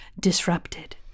disrupted